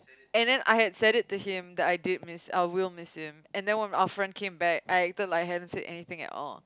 and then I had said it to him that I did miss I will miss him and then when our friend came back I acted like I haven't said anything at all